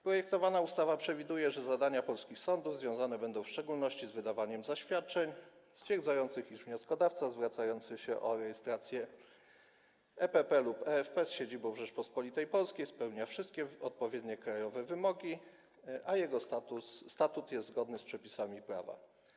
Projektowana ustawa przewiduje, że zadania polskich sądów związane będą w szczególności z wydawaniem zaświadczeń stwierdzających, iż wnioskodawca zwracający się o rejestrację EPP lub EFP z siedzibą w Rzeczypospolitej Polskiej spełnia wszystkie odpowiednie krajowe wymogi, a jego statut jest zgodny z przepisami prawa.